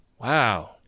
Wow